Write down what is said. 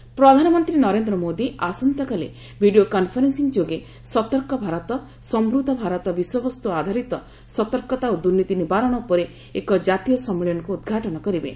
national conference ପ୍ରଧାନମନ୍ତ୍ରୀ ନରେନ୍ଦ୍ର ମୋଦୀ ଆସନ୍ତାକାଲି video conferencing ଯୋଗେ ସତର୍କ ଭାରତ ସମୃଦ୍ଧ ଭାରତ ବିଷୟବସ୍ତୁ ଆଧାରିତ ସତର୍କତା ଓ ଦୁର୍ନୀତି ନିବାରଣ ଉପରେ ଏକ ଜାତୀୟ ସମ୍ମିଳନୀକୁ ଉଦ୍ଘାଟନ କରିବେ